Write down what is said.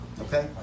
Okay